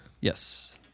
Yes